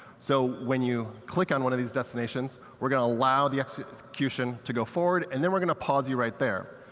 so when you click on one of these destinations, we're going to allow the execution to go forward. and then we're going to pause you right there.